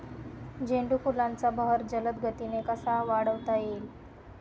झेंडू फुलांचा बहर जलद गतीने कसा वाढवता येईल?